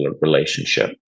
relationship